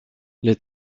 les